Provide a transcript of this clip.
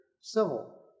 civil